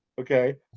Okay